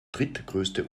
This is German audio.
drittgrößte